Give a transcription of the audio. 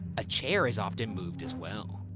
a chair is often moved as well.